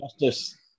justice